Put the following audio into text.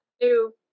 two